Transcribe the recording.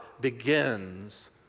begins